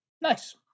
Nice